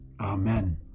Amen